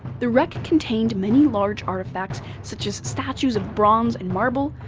the wreck contained many large artifacts such as statues of bronze and marble,